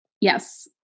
Yes